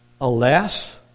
Alas